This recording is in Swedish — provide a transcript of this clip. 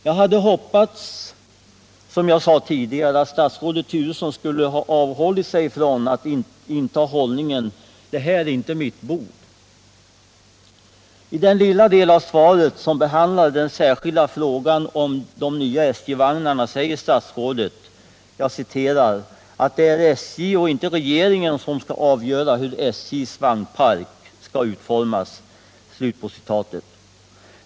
Jag hade, som jag sade tidigare, hoppats att statsrådet skulle ha avhållit sig från att inta hållningen ”det här är inte mitt bord”. I den lilla del av svaret som behandlar den särskilda frågan om de nya SJ-vagnarna säger statsrådet emellertid att ”det är SJ och inte regeringen som skall avgöra hur SJ:s vagnpark skall utformas —--".